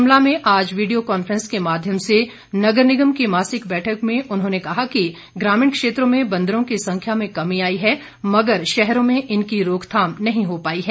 शिमला में आज video conference के माध्यम से नगर निगम की मासिक बैठक में उन्होंने कहा कि ग्रामीण क्षेत्रों में बंदरों की संख्यां में कमी आई हैं मगर शहरों में इनकी रोकथाम नहीं हो पाई हैं